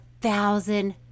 thousand